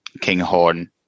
Kinghorn